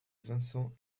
vincent